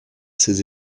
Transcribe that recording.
ses